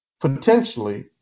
Potentially